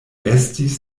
estis